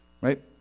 right